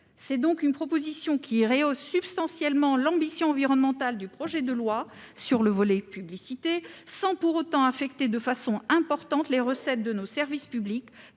C'est donc une proposition qui rehausse substantiellement l'ambition environnementale du volet relatif à la publicité de ce projet de loi, sans pour autant affecter de façon importante les recettes de nos services publics